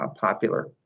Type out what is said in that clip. popular